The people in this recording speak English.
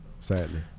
sadly